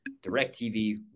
DirecTV